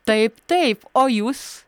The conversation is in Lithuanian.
taip taip o jūs